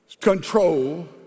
control